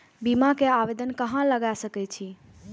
बीमा के आवेदन कहाँ लगा सके छी?